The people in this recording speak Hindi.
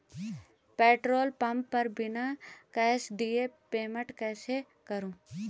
पेट्रोल पंप पर बिना कैश दिए पेमेंट कैसे करूँ?